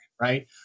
right